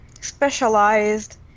specialized